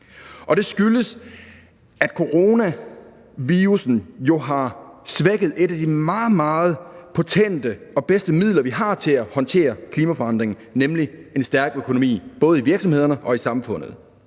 det skyldes, at coronavirussen jo har svækket et af de meget, meget potente og bedste midler, vi har til at håndtere klimaforandringerne, nemlig en stærk økonomi – både i virksomhederne og i samfundet.